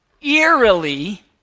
eerily